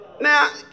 Now